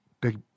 Big